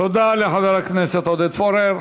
תודה לחבר הכנסת עודד פורר.